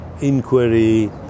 inquiry